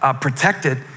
protected